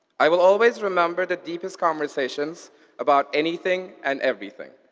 i will always remember the deepest conversations about anything and everything.